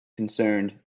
concerned